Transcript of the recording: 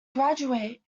graduate